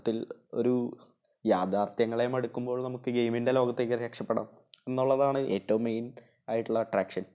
മൊത്തതിൽ ഒരു യാഥാർത്ഥ്യങ്ങളെ മടുക്കുമ്പോൾ നമുക്ക് ഗെയ്മിൻ്റെ ലോകത്തേക്ക് രക്ഷപ്പെടാം എന്നുള്ളതാണ് ഏറ്റവും മെയിൻ ആയിട്ടുള്ള അട്രാക്ഷൻ